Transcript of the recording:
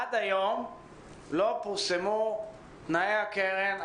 עד היום לא פורסמו תנאי הקרן,